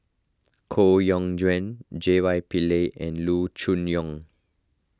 Koh Yong Guan J Y Pillay and Loo Choon Yong